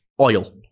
oil